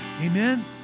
Amen